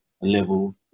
level